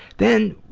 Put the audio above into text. then,